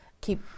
keep